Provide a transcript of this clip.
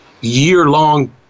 year-long